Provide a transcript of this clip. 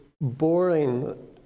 boring